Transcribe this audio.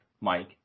Mike